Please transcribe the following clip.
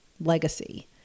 legacy